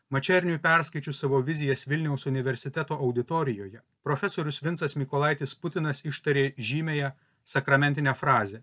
mačerniui perskaičius savo vizijas vilniaus universiteto auditorijoje profesorius vincas mykolaitis putinas ištarė žymiąją sakramentinę frazę